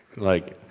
like,